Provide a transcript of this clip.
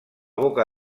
boca